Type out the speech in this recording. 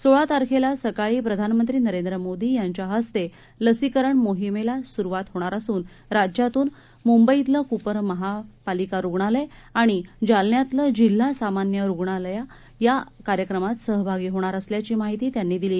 सोळातारखेलासकाळीप्रधानमंत्रीनरेंद्रमोदीयांच्याहस्तेलसीकरणमोहिमेलास्रुवातहोणारअसून राज्यातूनमुंबईतलंकूपरमहापालिकारुग्णालयआणिजालन्यातलंजिल्हासामान्यरुग्णालययाकार्यक्रमातसहभागीहोणारअसल्याचीमाहितीत्यां नीदिली